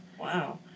Wow